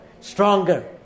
stronger